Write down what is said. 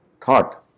thought